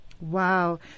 Wow